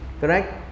correct